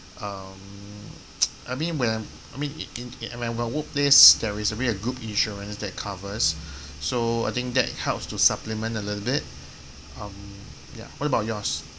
um I mean when I mean in in my workplace there is a bit of group insurance that covers so I think that helps to supplement a little bit um ya what about yours